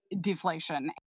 deflation